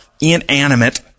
inanimate